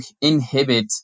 inhibit